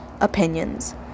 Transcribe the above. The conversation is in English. Opinions